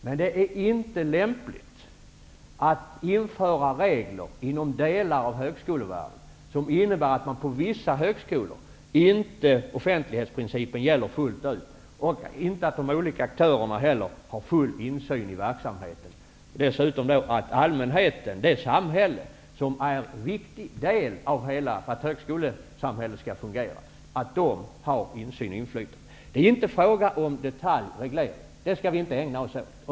Men det är inte lämpligt att införa regler inom delar av högskolevärlden som innebär att offentlighetsprincipen på vissa högskolor inte gäller fullt ut och att de olika aktörerna inte har full insyn i verksamheten, inte heller allmänheten som är viktig för att hela högskolesamhället skall fungera. Det är inte fråga om detaljreglering -- det skall vi inte ägna oss.